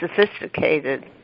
sophisticated